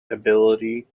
ability